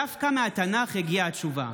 דווקא מהתנ"ך הגיעה התשובה.